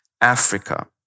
Africa